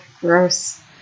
gross